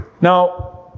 Now